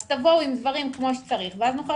אז תבואו עם דברים כמו שצריך ואז נוכל